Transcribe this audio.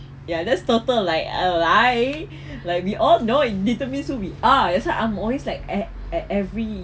ya that's total like a lie like we all know it determines who we are as a I'm always like e~ every